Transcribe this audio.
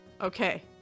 Okay